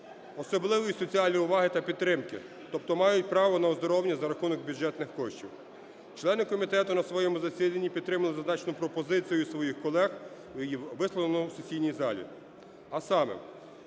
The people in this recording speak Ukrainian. особливої соціальної уваги та підтримки, тобто мають право на оздоровлення за рахунок бюджетних коштів. Члени комітету на своєму засіданні підтримали зазначену пропозицію своїх колег, висловлену в сесійній залі,